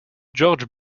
george